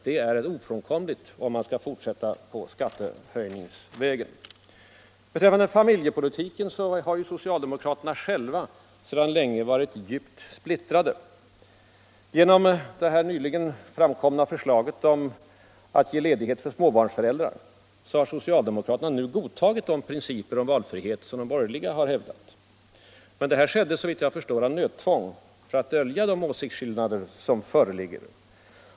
Detta blir ofrånkomligt om man skall fortsätta på skattehöjningsvägen. Beträffande familjepolitiken har socialdemokraterna själva sedan länge varit djupt splittrade. Genom det nyligen framlagda förslaget om ledighet för småbarnsföräldrar har socialdemokraterna emellertid i det hänseendet godtagit de principer om valfrihet som de borgerliga har talat för. Men det skedde såvitt jag förstår av nödtvång, för att dölja de åsiktsskillnader som föreligger.